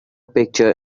picture